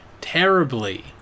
terribly